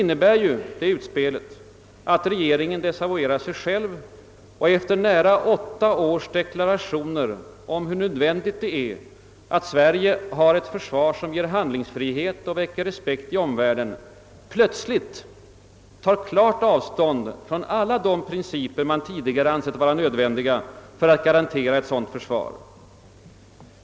Detta utspel innebär ju att regeringen desavuerar sig själv och efter nära åtta års deklarationer om hur nödvändigt det är att Sverige har ett försvar, som ger handlingsfrihet och väcker respekt i omvärlden, plötsligt tar klart avstånd från alla de principer den tidigare ansett vara nödvändiga för att garantera ett sådant försvar.